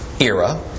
era